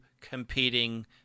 competing